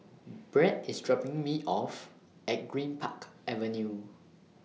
Brett IS dropping Me off At Greenpark Avenue